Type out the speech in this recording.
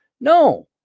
No